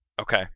Okay